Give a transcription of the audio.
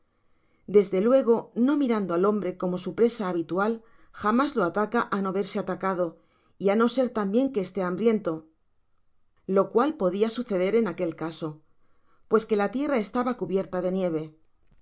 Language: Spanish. desde luego no mirando al hombre como su presa habitual jamás lo ataca á no verse atacado y á no ser tambien que esté hambriento lo cual podia suceder en aquel caso pues que la tierra estaba cubierta de nieve